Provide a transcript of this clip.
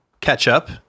ketchup